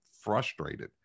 frustrated